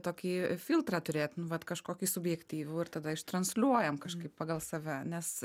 tokį filtrą turėt nu vat kažkokį subjektyvų ir tada ištransliuojam kažkaip pagal save nes